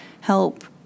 help